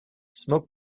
smoke